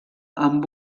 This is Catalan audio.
amb